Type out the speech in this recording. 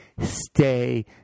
stay